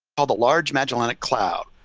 called the large magellanic cloud.